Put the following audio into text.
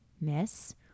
miss